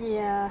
yeah